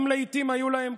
גם אם לעיתים היו להם,